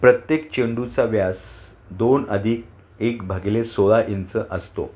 प्रत्येक चेंडूचा व्यास दोन अधिक एक भागिले सोळा इंच असतो